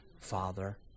Father